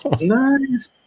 Nice